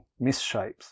misshapes